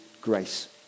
grace